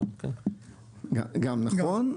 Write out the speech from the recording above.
גם נכון,